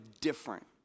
different